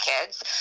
kids